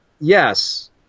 yes